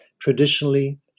traditionally